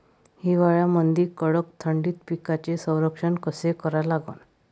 हिवाळ्यामंदी कडक थंडीत पिकाचे संरक्षण कसे करा लागन?